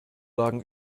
lagen